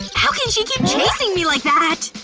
how can she keep chasing me like that?